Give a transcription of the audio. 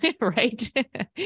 right